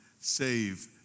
save